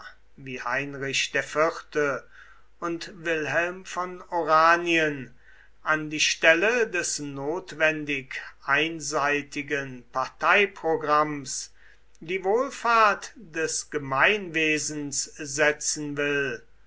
wie heinrich iv und wilhelm von oranien an die stelle des notwendig einseitigen parteiprogramms die wohlfahrt des gemeinwesens setzen will